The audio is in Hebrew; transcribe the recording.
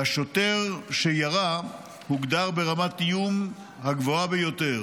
והשוטר שירה הוגדר ברמת האיום הגבוהה ביותר.